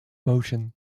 motion